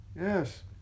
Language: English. Yes